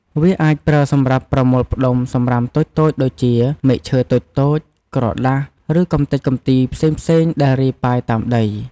វាអាចប្រើសម្រាប់ប្រមូលផ្តុំសំរាមតូចៗដូចជា មែកឈើតូចៗ ក្រដាស ឬកំទេចកំទីផ្សេងៗដែលរាយប៉ាយតាមដី។